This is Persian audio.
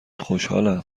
خوشحالم